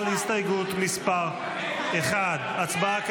על הסתייגות מס' 1. הצבעה כעת.